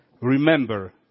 remember